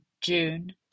june